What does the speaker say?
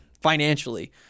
financially